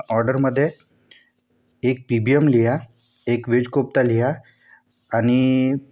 ऑर्डरमध्ये एक P B M लिहा एक वेज कोफ्ता लिहा आणि